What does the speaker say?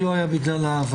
העיכוב לא היה בגלל ההעברות.